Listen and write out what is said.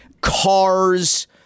cars